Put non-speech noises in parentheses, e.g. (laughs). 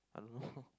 I don't know (laughs)